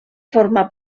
forma